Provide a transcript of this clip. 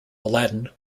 aladdin